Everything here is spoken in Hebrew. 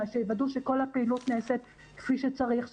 שיוודא שכל הפעילות נעשית כפי שצריך,